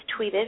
tweeted